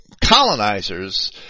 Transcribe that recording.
colonizers